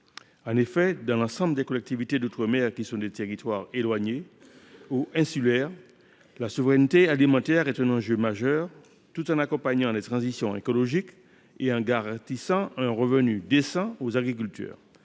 En effet, dans l’ensemble des collectivités d’outre mer, qui sont des territoires éloignés ou insulaires, la souveraineté alimentaire est un enjeu majeur, lié à l’accompagnement des transitions écologiques et à la garantie d’un revenu décent aux agriculteurs.